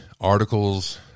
articles